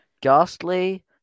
Ghastly